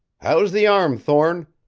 how's the arm, thorne?